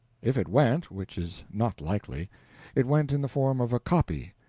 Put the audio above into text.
if it went which is not likely it went in the form of a copy,